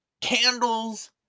candles